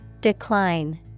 Decline